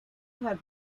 have